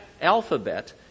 alphabet